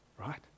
right